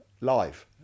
live